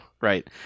right